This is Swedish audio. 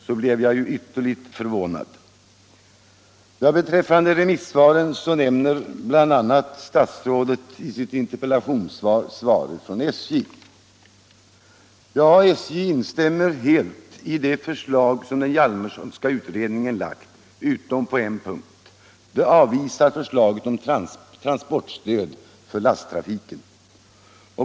Jag blev alltså ytterligt förvånad när jag hörde herr Janssons kommentar. Statsrådet nämner i sitt interpellationssvar bl.a. remissvaret från SJ, som helt instämmer i det förslag den Hjalmarsonska utredningen lagt fram utom på en punkt. SJ avvisar förslaget om transportstöd till lasttrafiken.